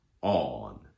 on